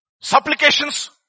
Supplications